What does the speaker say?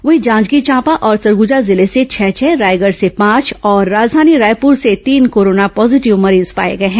वहीं जांजगीर चांपा और सरगुजा जिले से छह छह रायगढ़ से पांच और राजधानी रायपुर से तीन कोरोना पॉजीटिव मरीज पाए गए हैं